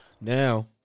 Now